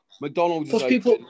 McDonald's